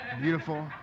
beautiful